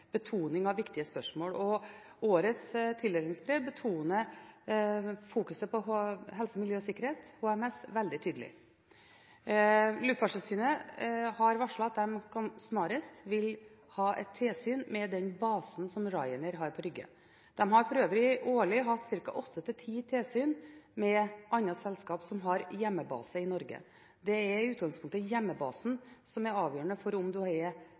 betoning av viktige spørsmål. Årets tildelingsbrev betoner fokuseringen på helse, miljø og sikkerhet, HMS, veldig tydelig. Luftfartstilsynet har varslet at de snarest vil ha et tilsyn med den basen som Ryanair har på Rygge. De har for øvrig årlig hatt ca. åtte–ti tilsyn med et annet selskap som har hjemmebase i Norge. Det er i utgangspunktet hjemmebasen som er avgjørende for om en har